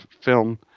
film